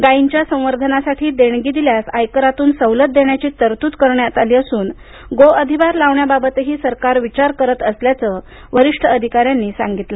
गायींच्या संवर्धनासाठी देणगी दिल्यास आयकरातून सवलत देण्याची ही तरतूद करण्यात आली असून गो अधिभार लावण्याबाबतही सरकार विचार करत असल्याचं वरिष्ठ अधिकाऱ्यांनी सांगितलं